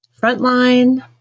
frontline